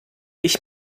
ich